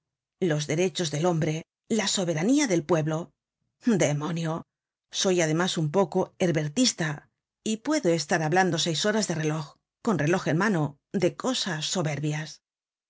los derechos del hombre la soberanía del pueblo demonio soy además un poco hebertista y puedo estar hablando seis horas de reloj con reloj en mano de cosas soberbias